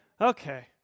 okay